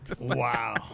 Wow